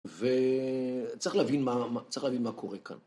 וצריך להבין מה קורה כאן.